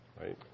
right